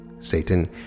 Satan